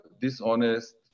dishonest